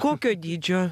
kokio dydžio